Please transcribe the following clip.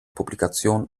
publikation